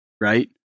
Right